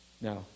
Now